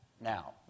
now